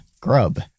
Grub